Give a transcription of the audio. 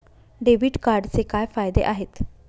Debit कार्डचे काय फायदे आहेत?